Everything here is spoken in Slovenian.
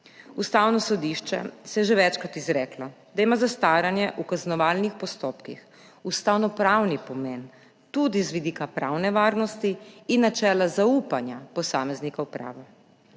Ustavno sodišče se je že večkrat izreklo, da ima zastaranje v kaznovalnih postopkih ustavnopravni pomen tudi z vidika pravne varnosti in načela zaupanja posameznika v pravo.